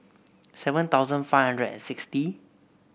seven thousand five and sixty